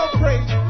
praise